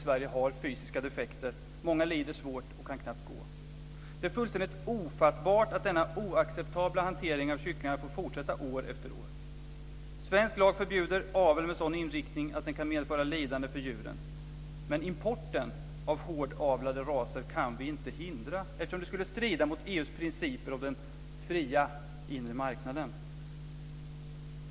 Sverige har fysiska defekter. Många lider svårt och kan knappt gå. Det är fullständigt ofattbart att denna oacceptabla hantering av kycklingar får fortsätta år efter år. Svensk lag förbjuder avel med sådan inriktning att den kan medföra lidande för djuren. Men importen av hårdavlade raser kan vi inte hindra, eftersom det skulle strida mot EU:s principer om den fria inre marknaden.